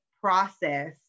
process